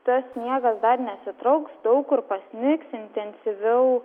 tas sniegas dar nesitrauks daug kur pasnigs intensyviau